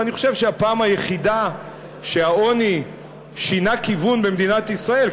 ואני חושב שהפעם היחידה שהעוני שינה כיוון במדינת ישראל,